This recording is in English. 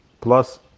plus